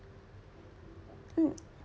mm